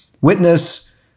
witness